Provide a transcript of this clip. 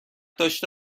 داشته